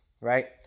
right